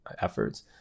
efforts